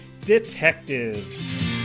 Detective